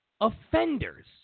offenders